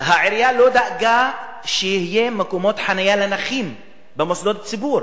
העירייה לא דאגה שיהיו מקומות חנייה לנכים במוסדות ציבור,